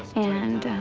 and